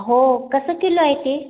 हो कसं किलो आहे ते